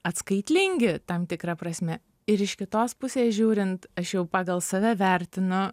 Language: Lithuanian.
atskaitlingi tam tikra prasme ir iš kitos pusės žiūrint aš jau pagal save vertinu